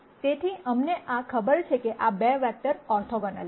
તેથીઅમને આ ખબર છે કે 2 વેક્ટર ઓર્થોગોનલ છે